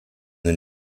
den